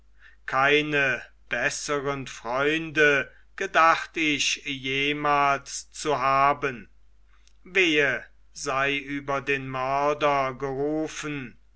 keine besseren freunde gedacht ich jemals zu haben wehe sei über den mörder gerufen